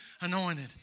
anointed